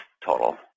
total